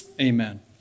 amen